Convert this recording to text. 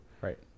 Right